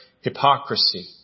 hypocrisy